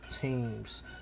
teams